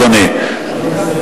תמהר.